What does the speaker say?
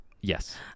yes